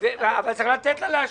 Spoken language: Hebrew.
אבל צריך לה להשלים.